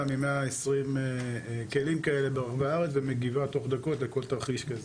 מ-120 כלים כאלה ברחבי הארץ ומגיבה תוך דקות לכל תרחיש כזה.